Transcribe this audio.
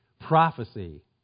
Prophecy